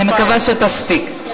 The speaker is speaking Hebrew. אני מקווה שתספיק.